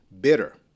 Bitter